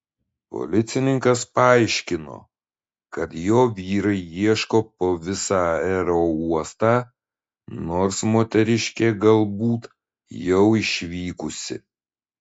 policininkas paaiškino kad jo vyrai ieško po visą aerouostą nors moteriškė galbūt jau išvykusi